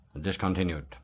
discontinued